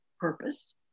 purpose